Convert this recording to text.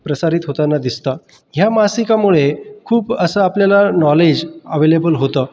प्रसारित होताना दिसतं या मासिकामुळे खूप असं आपल्याला नॉलेज अव्हेलेबल होतं